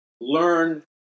learn